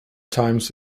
times